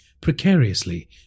precariously